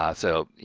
ah so, you